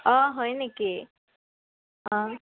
অঁ হয় নেকি অঁ